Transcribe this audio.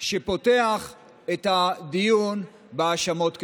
שפותח את הדיון בהאשמות כנגדו.